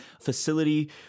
Facility